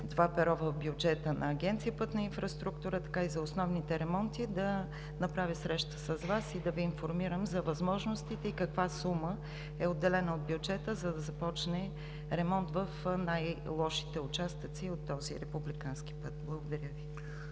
това перо в бюджета на Агенция „Пътна инфраструктура“, така и за основните ремонти да направя среща с Вас и да Ви информирам за възможностите и каква сума е отделена от бюджета, за да започне ремонт в най-лошите участъци от този републикански път. Благодаря Ви.